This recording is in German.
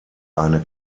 eine